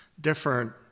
different